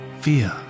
fear